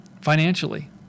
Financially